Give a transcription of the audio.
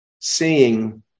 Seeing